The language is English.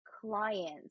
clients